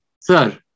sir